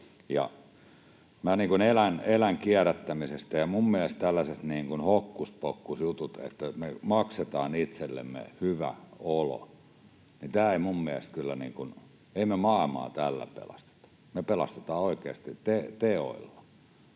Minä elän kierrättämisestä, ja minun mielestäni tällaiset hokkuspokkusjutut, että me maksetaan itsellemme hyvä olo, eivät minun mielestäni kyllä toimi, ei me maailmaa tällä pelasteta. Me pelastetaan oikeasti teoilla.